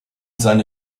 seine